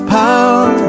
power